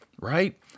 Right